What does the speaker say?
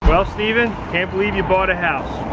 well stephen, can't believe you bought a house.